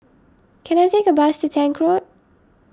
can I take a bus to Tank Road